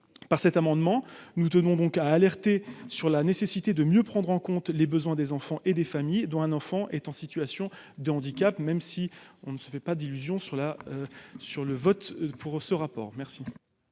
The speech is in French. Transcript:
par cet amendement, nous tenons donc à alerter sur la nécessité de mieux prendre en compte les besoins des enfants et des familles dont un enfant est en situation de handicap, même si on ne se fait pas d'illusions sur la sur le vote pour ce rapport, merci.